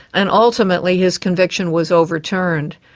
and ultimately his conviction was overturned,